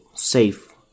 safe